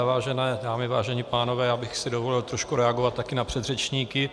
Vážené dámy, vážení pánové, já bych si dovolil trošku reagovat taky na předřečníky.